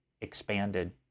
expanded